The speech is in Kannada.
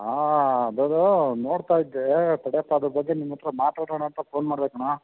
ಹಾಂ ಅದು ನೋಡ್ತಾ ಇದ್ದೇ ತಡಿಯಪ್ಪ ಅದ್ರ ಬಗ್ಗೆ ನಿನ್ನ ಹತ್ರ ಮಾತಾಡೋಣ ಅಂತ ಫೋನ್ ಮಾಡಿದೆ ಕಣೋ